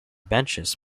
benches